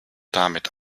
damit